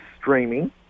streaming